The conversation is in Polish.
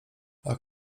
ach